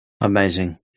Amazing